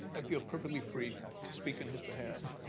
ah feel perfectly free to speak on his behalf.